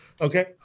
Okay